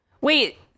wait